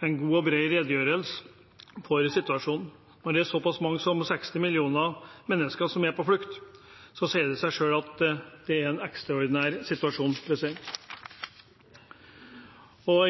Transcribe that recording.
god og bred redegjørelse for situasjonen. Når det er såpass mange som 60 millioner mennesker som er på flukt, sier det seg selv at det er en ekstraordinær situasjon,